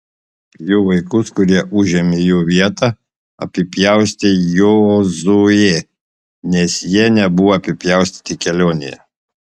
jų vaikus kurie užėmė jų vietą apipjaustė jozuė nes jie nebuvo apipjaustyti kelionėje